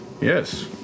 yes